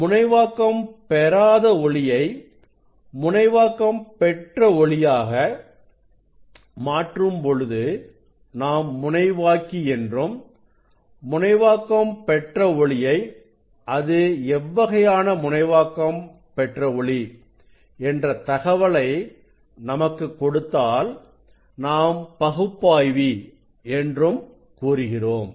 முனைவாக்கம் பெறாத ஒளியை முனைவாக்கம் பெற்ற ஒளியாக மாற்றும் பொழுது நாம் முனைவாக்கி என்றும் முனைவாக்கம் பெற்ற ஒளியை அது எவ்வகையான முனைவாக்கம் பெற்ற ஒளி என்ற தகவலை நமக்கு கொடுத்தால் நாம் பகுப்பாய்வி என்றும் கூறுகிறோம்